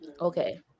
Okay